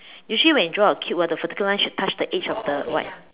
usually when you draw a cube ah the vertical line should touch the edge of the white